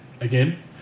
again